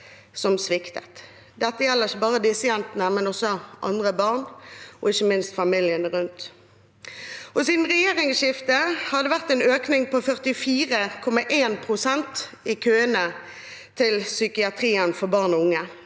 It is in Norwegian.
som sviktet. Dette gjelder ikke bare disse jentene, men også andre barn og ikke minst familiene rundt. Siden regjeringsskiftet har det vært en økning på 44,1 pst. i køene til psykiatrien for